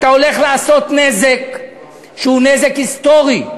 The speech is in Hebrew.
אתה הולך לעשות נזק שהוא נזק היסטורי.